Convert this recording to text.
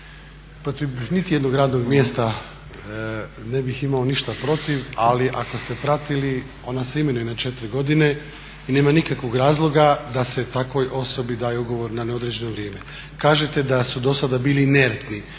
nitijednog radnog mjesta ne bih imao ništa protiv ali ako ste pratili ona se imenuje na 4 godine i nema nikakvog razloga da se takvoj osobi daje ugovor na neodređeno vrijeme. Kažete da su dosada bili inertni.